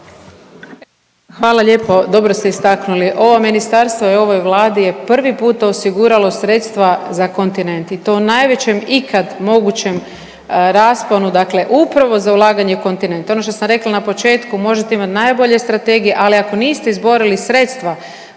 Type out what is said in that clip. Hvala lijepo. Dobro ste istaknuli. Ovo ministarstvo je ovoj Vladi je prvi put osiguralo sredstva za kontinent i to u najvećem ikad mogućem rasponu, dakle upravo za ulaganje u kontinent. Ono što sam rekla na početku možete imati najbolje strategije, ali ako niste izborili sredstva